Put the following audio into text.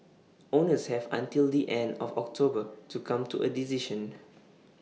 owners have until the end of October to come to A decision